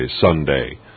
Sunday